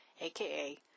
aka